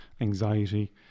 anxiety